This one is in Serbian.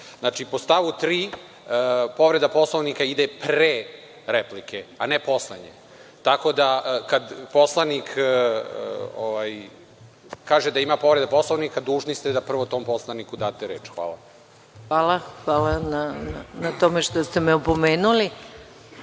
Znači, po stavu 3, povreda Poslovnika ide pre replike, a ne posle. Tako da, kad poslanik kaže da ima povreda Poslovnika, dužni ste da prvo tom poslaniku date reč. Hvala. **Maja Gojković** Hvala na tome što ste me opomenuli. Moram